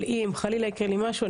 אבל אם חלילה יקרה לי משהו,